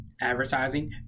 advertising